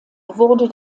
wurde